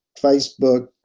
Facebook